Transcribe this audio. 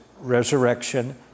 resurrection